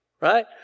right